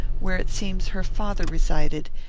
where it seems her father resided,